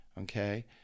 Okay